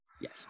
yes